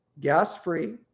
gas-free